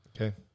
Okay